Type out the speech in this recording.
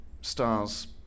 stars